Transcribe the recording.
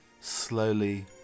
slowly